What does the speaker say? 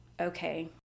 okay